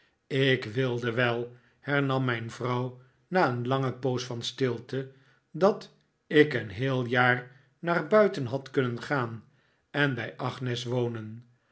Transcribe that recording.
ik wilde wel hernam mijn vrouw na een lange poos van stilte dat ik een heel jaar naar buiten had kunnen gaan en bij agnes wonen